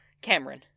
Cameron